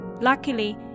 Luckily